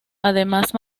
además